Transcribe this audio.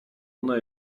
ona